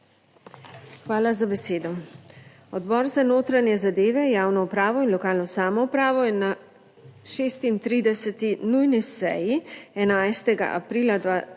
Hvala za besedo. Odbor za notranje zadeve, javno upravo in lokalno samoupravo je na 36. nujni seji 11. aprila 2024